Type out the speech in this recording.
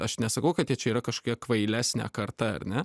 aš nesakau kad jie čia yra kažkokie kvailesnė karta ar ne